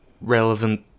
relevant